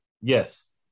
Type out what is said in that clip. Yes